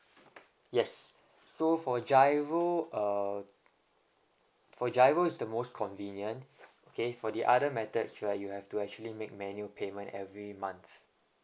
yes so for G_I_R_O uh for G_I_R_O is the most convenient okay for the other methods right you have to actually make manual pay my every month